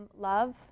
love